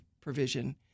provision